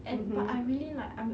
and but I'm really like I'm